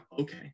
okay